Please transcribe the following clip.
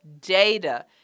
data